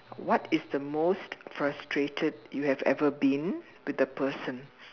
what is the most frustrated you have ever been with a person